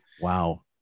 Wow